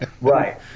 Right